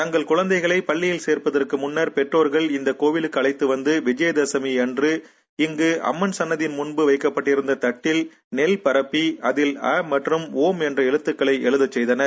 தங்களது துழந்தைகளை பள்ளியில் சேர்ப்பதற்கு முன்னர் பெற்றோர்கள் இந்த கோயிலுக்கு அழைத்து வந்து விஜயதசமி அன்று இங்கு அம்மன் சன்னதி முன்வு வைக்கப்பட்டிருந்த தட்டில் நெல் பரப்பி அதில் அமற்றம் ஒம் என்ற எழுத்துக்களை எழுத செய்தனர்